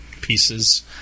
pieces